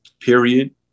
period